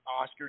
Oscar